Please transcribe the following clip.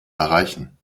erreichen